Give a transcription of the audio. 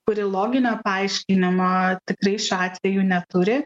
kuri loginio paaiškinimo tikrai šiuo atveju neturi